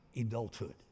Adulthood